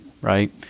right